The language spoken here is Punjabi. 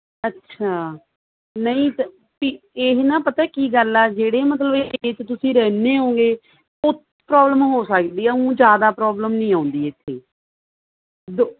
ਅੱਛਾ ਨਹੀਂ ਤੁਸੀਂ ਇਹ ਨਾ ਪਤਾ ਕੀ ਗੱਲ ਆ ਜਿਹੜੇ ਮਤਲਬ ਏਰੀਏ 'ਚ ਤੁਸੀਂ ਰਹਿੰਦੇ ਹੋਵੋਗੇ ਉ ਪ੍ਰੋਬਲਮ ਹੋ ਸਕਦੀ ਆ ਊਂ ਜ਼ਿਆਦਾ ਪ੍ਰੋਬਲਮ ਨਹੀਂ ਆਉਂਦੀ ਇੱਥੇ ਦੋ